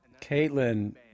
Caitlin